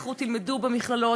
לכו תלמדו במכללות.